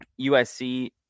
USC